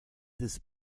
this